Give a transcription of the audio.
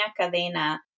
Cadena